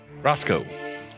Roscoe